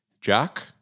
Jack